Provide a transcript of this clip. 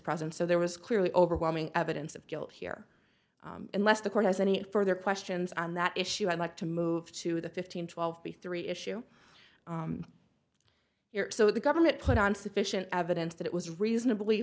presence so there was clearly overwhelming evidence of guilt here unless the court has any further questions on that issue i'd like to move to the fifteen twelve b three issue so the government put on sufficient evidence that it was reasonably